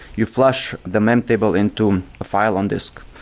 you flush the meme table into a file on disk,